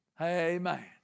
Amen